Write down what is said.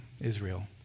Israel